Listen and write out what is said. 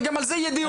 וגם על זה יהיה דיון.